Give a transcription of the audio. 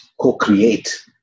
co-create